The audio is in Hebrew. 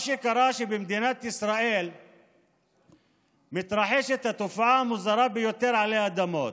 מה שקרה הוא שבמדינת ישראל מתרחשת התופעה המוזרה ביותר עלי אדמות: